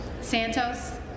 Santos